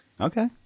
Okay